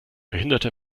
behinderte